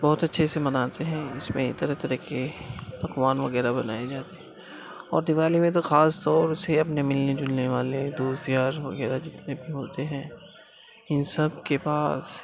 بہت اچھے سے مناتے ہیں اس میں طرح طرح کے پکوان وغیرہ بنائے جاتے ہیں اور دیوالی میں تو خاص طور سے اپنے ملنے جلنے والے دوست یار وغیرہ جتنے بھی ہوتے ہیں ان سب کے پاس